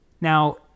Now